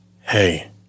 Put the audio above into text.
hey